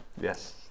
Yes